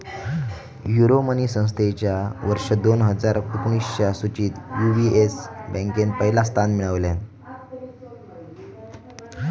Euromoney संस्थेच्या वर्ष दोन हजार एकोणीसच्या सुचीत यू.बी.एस बँकेन पहिला स्थान मिळवल्यान